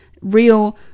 real